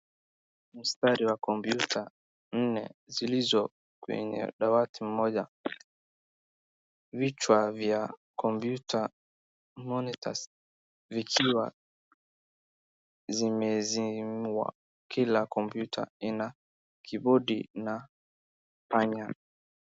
Mstari wa komputa nne zilizo kwenye dawati moja. Vichwa vya komputa , monitor vikiwa zimezimwa kila komputa ina keyboardi na panya.